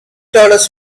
dollars